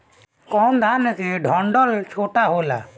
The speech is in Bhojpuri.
कौन धान के डंठल छोटा होला?